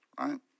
right